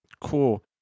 Cool